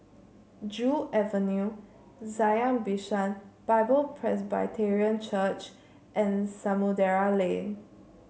Joo Avenue Zion Bishan Bible Presbyterian Church and Samudera Lane